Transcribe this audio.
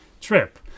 trip